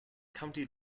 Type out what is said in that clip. county